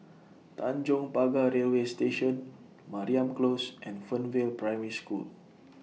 Tanjong Pagar Railway Station Mariam Close and Fernvale Primary School